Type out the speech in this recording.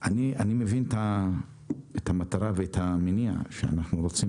אני מבין המטרה ואת המניע וכי אנחנו רוצים